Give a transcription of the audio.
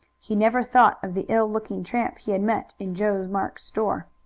he never thought of the ill-looking tramp he had met in joe marks's store.